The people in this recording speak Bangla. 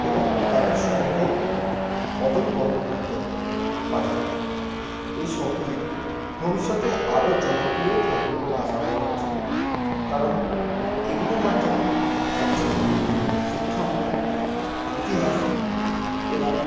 এবং তাদের সংগ্রহ অদল বদল করতে পারে এই শকগুলি ভবিষ্যতে আরও জনপ্রিয় থাকবে বলে আশা করা যাচ্ছে কারণ এগুলির মাধ্যমে একজন শিক্ষামূলক ইতিহাস এবং